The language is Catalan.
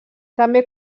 també